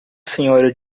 senhora